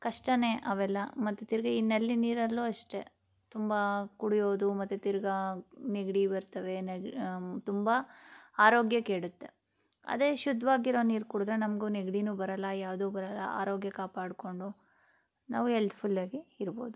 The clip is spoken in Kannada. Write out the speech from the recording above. ಕಷ್ಟವೇ ಅವೆಲ್ಲ ಮತ್ತು ತಿರ್ಗಿ ಈ ನಳ್ಳಿ ನೀರಲ್ಲೂ ಅಷ್ಟೆ ತುಂಬ ಕುಡಿಯೋದು ಮತ್ತು ತಿರ್ಗಿ ನೆಗಡಿ ಬರ್ತವೆ ತುಂಬ ಆರೋಗ್ಯ ಕೆಡುತ್ತೆ ಅದೇ ಶುದ್ಧವಾಗಿರೋ ನೀರು ಕುಡಿದ್ರೆ ನಮಗೂ ನೆಗಡಿನೂ ಬರೋಲ್ಲ ಯಾವುದೂ ಬರೋಲ್ಲ ಆರೋಗ್ಯ ಕಾಪಾಡಿಕೊಂಡು ನಾವು ಹೆಲ್ತ್ಫುಲ್ ಆಗಿ ಇರ್ಬೋದು